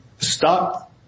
stop